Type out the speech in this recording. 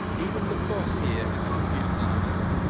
even the boss here is a computer scientist.